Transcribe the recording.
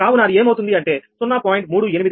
కావున అది ఏమవుతుంది అంటే 0